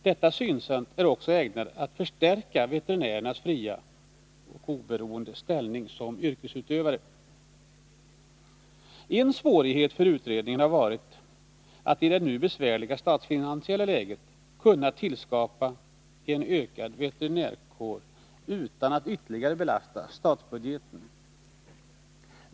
Detta synsätt är också ägnat att förstärka veterinärernas fria och oberoende ställning som yrkesutövare. En svårighet för utredningen har varit att i det nu besvärliga statsfinansiella läget kunna tillskapa en utökad veterinärkår utan att ytterligare belasta statsbudgeten.